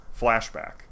flashback